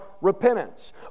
repentance